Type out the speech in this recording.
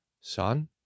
son